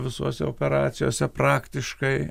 visose operacijose praktiškai